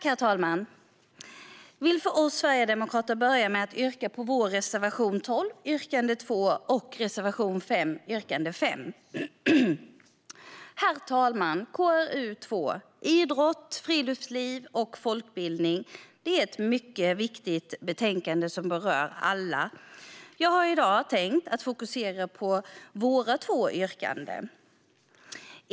Herr talman! Jag vill för oss sverigedemokrater börja med att yrka bifall till vår reservation 12, som innebär att riksdagen bifaller vår motion 2017 18:1608 yrkande 5. Herr talman! Betänkande 2017/18:KrU2 Idrott, friluftsliv och folkbildning är ett mycket viktigt betänkande som berör alla. Jag har i dag tänkt att fokusera på våra två yrkanden.